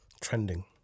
trending